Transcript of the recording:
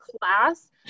class